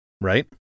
right